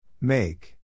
Make